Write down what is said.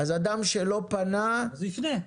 אז אדם שלא פנה --- אז הוא יפנה,